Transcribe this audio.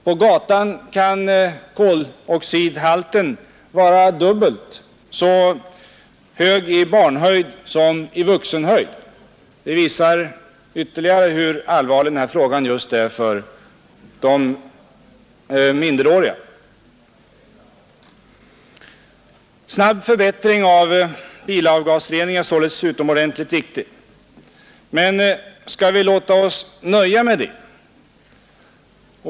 På gatan kan koloxidhalten vara dubbelt så hög i barnhöjd som i vuxenhöjd. Det visar ytterligare hur allvarlig denna fråga är för just de minderåriga. En snabb förbättring av bilavgasreningen är således utomordentligt viktig. Men skall vi låta oss nöja med detta?